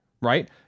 right